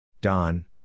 Don